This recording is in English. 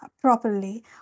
properly